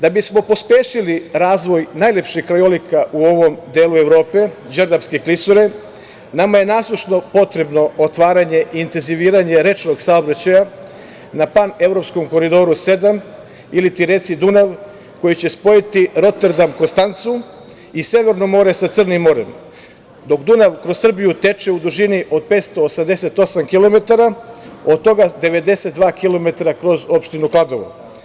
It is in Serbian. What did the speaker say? Da bismo pospešili razvoj najlepšeg krajolika u ovom delu Evrope, Đerdapske klisure, nama je nasušno potrebno otvaranje i intenziviranje rečnog saobraćaja na evropskom Koridoru 7 ili reci Dunav koji će spojiti Roterdam - Konstancu i Severno more sa Crnim morem, dok Dunav kroz Srbiju teče u dužini od 588 kilometara, od toga 92 kilometra kroz opštinu Kladovo.